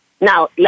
Now